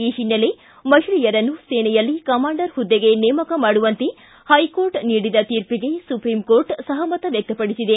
ಈ ಹಿನ್ನೆಲೆ ಮಹಿಳೆಯರನ್ನು ಸೇನೆಯಲ್ಲಿ ಕಮಾಂಡರ್ ಹುದ್ದೆಗೆ ನೇಮಕ ಮಾಡುವಂತೆ ಹೈಕೋರ್ಟ್ ನೀಡಿದ ತೀರ್ಪಿಗೆ ಸುಪ್ರೀಂ ಕೋರ್ಟ್ ಸಹಮತ ವ್ಯಕ್ತಪಡಿಸಿದೆ